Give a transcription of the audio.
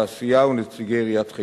תעשייה ועיריית חיפה.